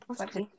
Okay